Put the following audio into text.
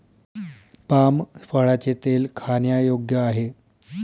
palm फळाचे तेल खाण्यायोग्य आहे